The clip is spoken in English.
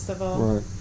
right